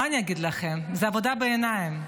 מה אגיד לכם, זאת עבודה בעיניים.